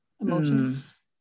emotions